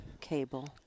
Cable